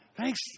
Thanks